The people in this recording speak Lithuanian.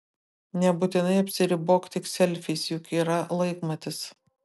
nebūtinai apsiribok tik selfiais juk yra laikmatis